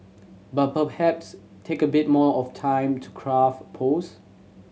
but perhaps take a bit more of time to craft post